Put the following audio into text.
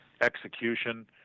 execution